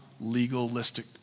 legalistic